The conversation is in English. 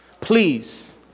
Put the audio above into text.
please